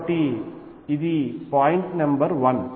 కాబట్టి ఇది point number 1